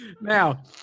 Now